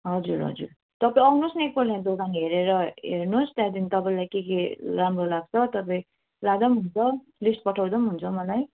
हजुर हजुर तपाईँ आउनुहोस् न एकपल्ट दोकान हेरेर हेर्नुहोस त्यहाँदेखि तपाईँलाई के के राम्रो लाग्छ तपाईँ लाँदा पनि हुन्छ लिस्ट पठाउँदा पनि हुन्छ मलाई